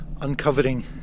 uncovering